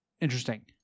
Interesting